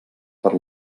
per